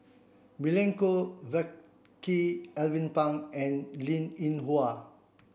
Milenko Prvacki Alvin Pang and Linn In Hua